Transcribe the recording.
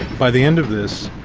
by the end of this,